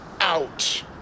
out